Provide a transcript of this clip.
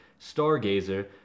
Stargazer